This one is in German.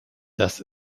das